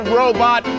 robot